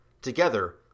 Together